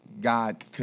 God